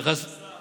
אדוני סגן השר,